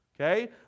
okay